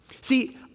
See